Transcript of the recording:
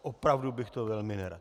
Opravdu bych to velmi nerad.